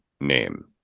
name